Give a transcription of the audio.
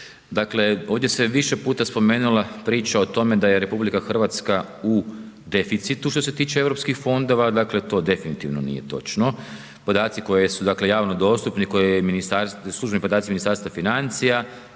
Dakle, ovdje se više puta spomenula priča o tome da je RH u deficitu što se tiče europskih fondova, dakle to definitivno nije točno, podaci koji su javno dostupni, službeni podaci Ministarstva financija